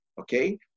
Okay